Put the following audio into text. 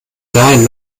dahin